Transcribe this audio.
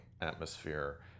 atmosphere